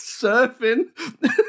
surfing